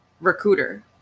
recruiter